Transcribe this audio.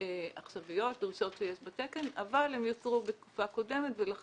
עכשוויות שהן בתקן אבל הן יוצרו בתקופה קודמת ולא